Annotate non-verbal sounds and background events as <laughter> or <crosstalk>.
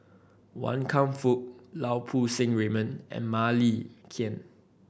Wan Kam Fook Lau Poo Seng Raymond and Mah Li <unintelligible>